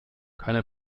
keine